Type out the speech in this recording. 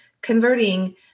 converting